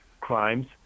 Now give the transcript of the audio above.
crimes